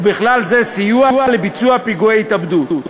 ובכלל זה סיוע לביצוע פיגועי התאבדות.